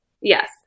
Yes